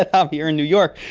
ah um here in new york,